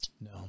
no